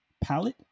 palette